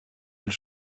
elle